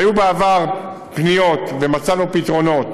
היו בעבר פניות, ומצאנו פתרונות